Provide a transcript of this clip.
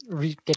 get